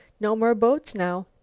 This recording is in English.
no more boats now.